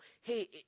hey